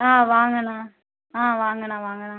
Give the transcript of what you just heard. ஆ வாங்கண்ணா ஆ வாங்கண்ணா வாங்கண்ணா